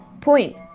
point